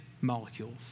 molecules